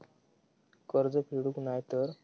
कर्ज फेडूक नाय तर?